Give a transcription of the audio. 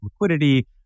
liquidity